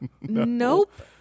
Nope